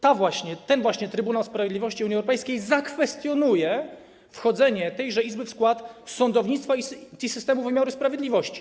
Ten właśnie Trybunał Sprawiedliwości Unii Europejskiej zakwestionuje wchodzenie tejże izby w skład sądownictwa i systemu wymiaru sprawiedliwości.